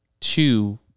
Two